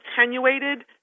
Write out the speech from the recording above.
attenuated